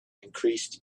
increased